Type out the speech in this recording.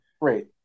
right